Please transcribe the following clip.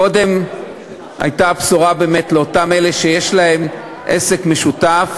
קודם הייתה בשורה באמת לאותם אלה שיש להם עסק משותף,